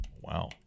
Wow